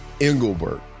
Engelbert